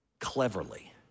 cleverly